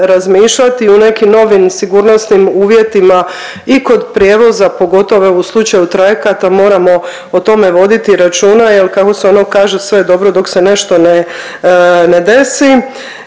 razmišljati i o nekim novim sigurnosnim uvjetima i kod prijevoza pogotovo evo u slučaju trajekata moramo o tome voditi računa. Jer kako se ono kaže sve je dobro dok se nešto ne desi.